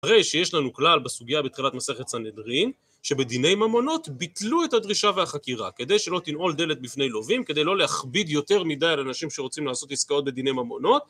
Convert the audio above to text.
הרי שיש לנו כלל בסוגיה בתחילת מסכת סנהדרין, שבדיני ממונות ביטלו את הדרישה והחקירה כדי שלא תנעול דלת בפני לווים, כדי לא להכביד יותר מדי על אנשים שרוצים לעשות עסקאות בדיני ממונות